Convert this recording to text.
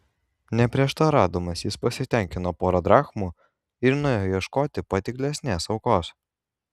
neprieštaraudamas jis pasitenkino pora drachmų ir nuėjo ieškoti patiklesnės aukos